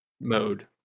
mode